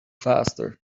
faster